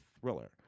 thriller